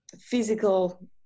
physical